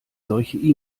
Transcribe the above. solche